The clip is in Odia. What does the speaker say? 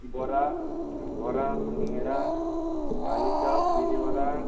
ବରା ବରା ସିଙ୍ଗଡ଼ା ଆଲୁଚପ ବିରି ବରା